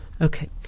Okay